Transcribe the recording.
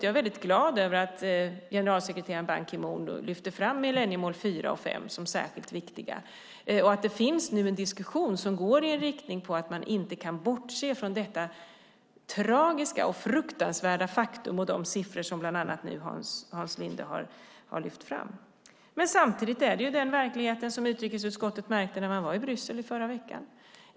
Jag är glad över att generalsekreterare Ban Ki Moon lyfter fram millenniemål 4 och 5 som särskilt viktiga. Det finns nu en diskussion som går i en riktning att inte bortse från detta tragiska och fruktansvärda faktum, bland annat de siffror som Hans Linde har lyft fram. Samtidigt är det den verklighet som utrikesutskottet märkte när man var i Bryssel i förra veckan.